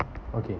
okay